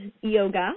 Yoga